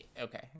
okay